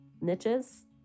niches